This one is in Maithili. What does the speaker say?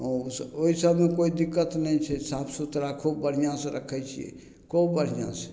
ओ ओहि सबमे कोइ दिक्कत नहि छै साफ सुथरा खूब बढ़िआँसे रखै छिए खूब बढ़िआँसे